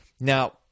Now